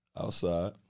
Outside